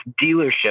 dealership